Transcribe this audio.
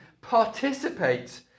participate